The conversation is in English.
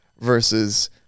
versus